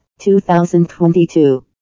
2022